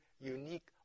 unique